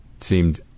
seemed